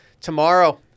Tomorrow